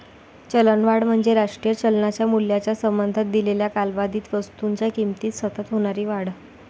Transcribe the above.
चलनवाढ म्हणजे राष्ट्रीय चलनाच्या मूल्याच्या संबंधात दिलेल्या कालावधीत वस्तूंच्या किमतीत सतत होणारी वाढ